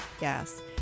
yes